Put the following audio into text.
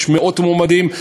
יש מאות מועמדים,